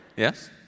Yes